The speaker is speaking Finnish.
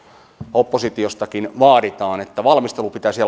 oppositiostakin vaaditaan että valmistelu pitäisi